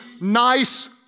nice